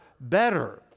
better